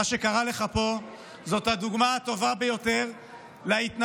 מה שקרה לך פה הוא הדוגמה הטובה ביותר להתנהלות